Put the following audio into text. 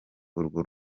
urwo